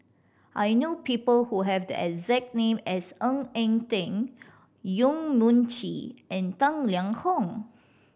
I know people who have the exact name as Ng Eng Teng Yong Mun Chee and Tang Liang Hong